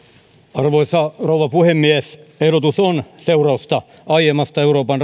arvoisa rouva puhemies ehdotus on seurausta aiemmasta euroopan